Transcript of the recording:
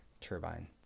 turbine